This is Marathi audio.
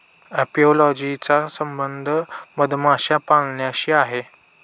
अपियोलॉजी चा संबंध मधमाशा पाळण्याशी आहे